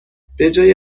بجای